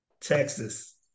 Texas